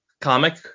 comic